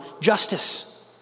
justice